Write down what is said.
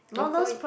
local